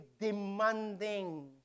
demanding